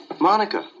Monica